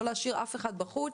לא להשאיר אף אחד בחוץ,